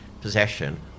possession